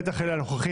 בטח אלה הנוכחים,